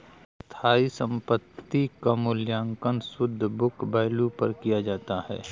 स्थायी संपत्ति क मूल्यांकन शुद्ध बुक वैल्यू पर किया जाता है